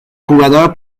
jugador